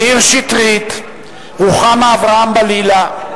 מאיר שטרית, רוחמה אברהם-בלילא,